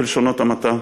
בלשונות המעטה.